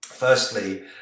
Firstly